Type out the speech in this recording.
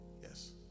Yes